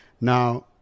Now